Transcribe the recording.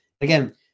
again